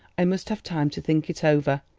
i must have time to think it over.